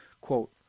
quote